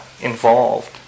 involved